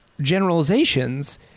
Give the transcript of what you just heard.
generalizations